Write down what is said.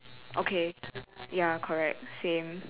okay ya correct same